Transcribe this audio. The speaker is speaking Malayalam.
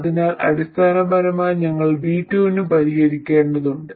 അതിനാൽ അടിസ്ഥാനപരമായി ഞങ്ങൾ V2 ന് പരിഹരിക്കേണ്ടതുണ്ട്